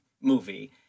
movie